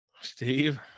steve